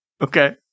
Okay